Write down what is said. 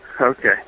Okay